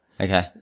Okay